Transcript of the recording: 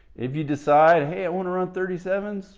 if you decide, hey i want to run thirty seven s,